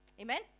Amen